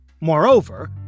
Moreover